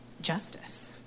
justice